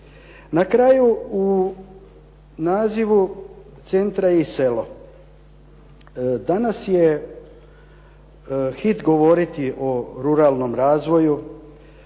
Na kraju u nazivu centra je i selo. Danas je hit govoriti o ruralnom razvoju